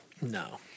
No